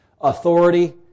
authority